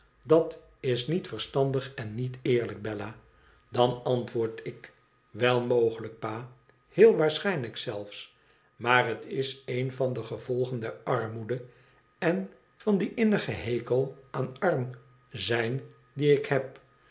dat is niet verstandig en niet eerlijk bella dan antwoord ik wel mogelijk pa heel waarschijnlijk zelfs maar het is een van de gevolgen der armoede en van dien innigen hekel aan arm zijn dien ik heb